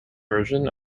version